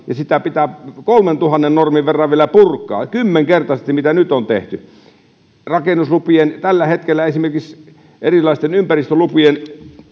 ja sitä pitää kolmentuhannen normin verran vielä purkaa kymmenkertaisesti se mitä nyt on tehty tällä hetkellä esimerkiksi erilaisten ympäristölupien